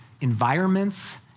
environments